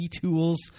tools